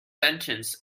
sentence